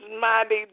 mighty